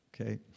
okay